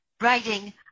writing